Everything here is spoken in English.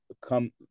come